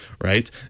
right